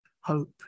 hope